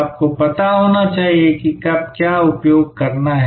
आपको पता होना चाहिए कि कब क्या उपयोग करना है